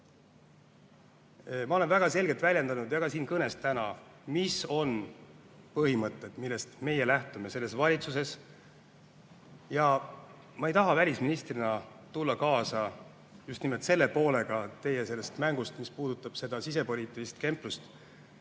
Ma olen väga selgelt väljendanud, ja seda ka siin kõnes täna, mis on põhimõtted, millest meie lähtume selles valitsuses. Ma ei taha välisministrina tulla kaasa just nimelt selle poolega teie mängust, mis puudutab seda sisepoliitilist kemplust.